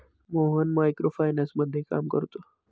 Mohan micro फायनान्समध्ये काम करतो